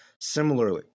similarly